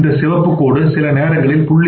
இந்த சிவப்புக் கோடு சில நேரங்களில் 0